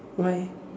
why